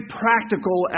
practical